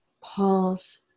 pause